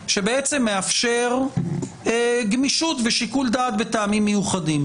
שמאפשר גמישות ושיקול דעת וטעמים מיוחדים.